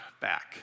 back